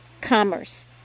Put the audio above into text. commerce